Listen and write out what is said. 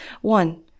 one